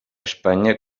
espanya